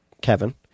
Kevin